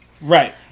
Right